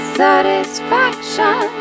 satisfaction